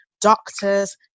doctors